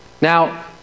Now